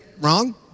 wrong